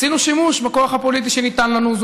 עשינו שימוש בכוח הפוליטי שניתן לנו.